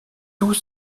tous